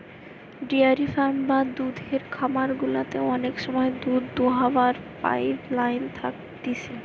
dairy farm বা দুধের খামার গুলাতে অনেক সময় দুধ দোহাবার পাইপ লাইন থাকতিছে